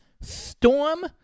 storm